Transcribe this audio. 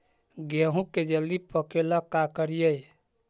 गेहूं के जल्दी पके ल का करियै?